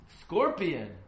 Scorpion